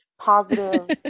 Positive